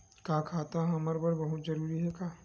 का खाता हमर बर बहुत जरूरी हे का?